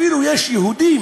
אפילו יש יהודים